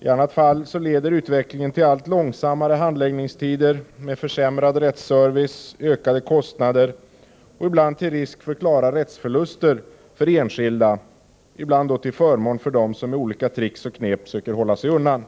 I annat fall leder utvecklingen till allt långsammare handläggning, med försämrad rättsservice och ökade kostnader, och ibland till risk för klara rättsförluster för enskilda till förmån för dem som med olika tricks och knep söker hålla sig undan.